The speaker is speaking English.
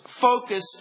focus